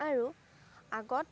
আৰু আগত